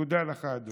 תודה לך, אדוני.